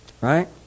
right